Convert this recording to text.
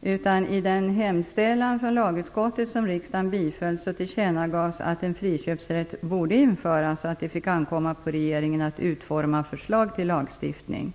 I den hemställan från lagutskottet som riksdagen biföll tillkännagavs att en friköpsrätt borde införas och att det fick ankomma på regeringen att utforma förslag till lagstiftning.